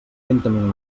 lentament